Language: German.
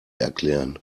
erklären